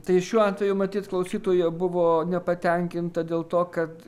tai šiuo atveju matyt klausytoja buvo nepatenkinta dėl to kad